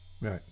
right